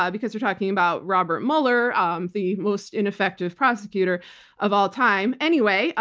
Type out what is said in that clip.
yeah because we're talking about robert mueller, um the most ineffective prosecutor of all time. anyway,